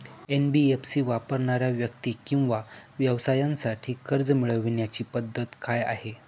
NBFC वापरणाऱ्या व्यक्ती किंवा व्यवसायांसाठी कर्ज मिळविण्याची पद्धत काय आहे?